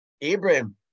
Abraham